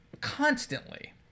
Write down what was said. constantly